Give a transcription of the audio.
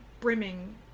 brimming